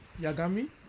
Yagami